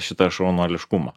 šitą šaunuoliškumą